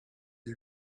you